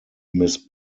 miss